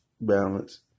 balance